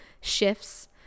shifts